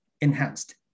enhanced